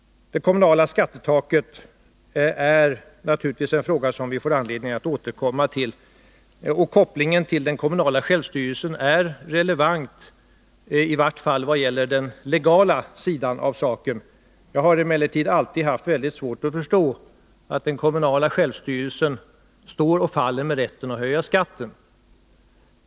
Det kommunala skattetaket är naturligtvis en fråga som vi får anledning att återkomma till. Och kopplingen till den kommunala självstyrelsen är relevant, i vart fall vad gäller den legala sidan av saken. Jag har emellertid alltid haft mycket svårt att förstå att den kommunala självstyrelsen står och faller med rätten att höja skatten.